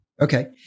Okay